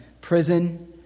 prison